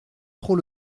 trop